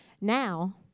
now